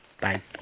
Bye